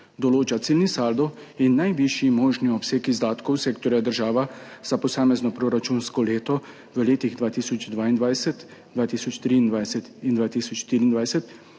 določa ciljni saldo in najvišji možni obseg izdatkov sektorja država za posamezno proračunsko leto v letih 2022, 2023 in 2024